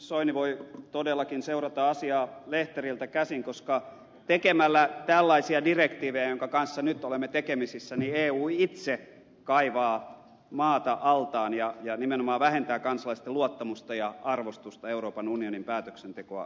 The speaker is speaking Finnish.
soini voi todellakin seurata asiaa lehteriltä käsin koska tekemällä tällaisia direktiivejä jonka kanssa nyt olemme tekemisissä eu itse kaivaa maata altaan ja nimenomaan vähentää kansalaisten luottamusta ja arvostusta euroopan unionin päätöksentekoa kohtaan